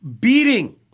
beating